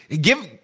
give